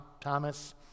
Thomas